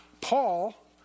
Paul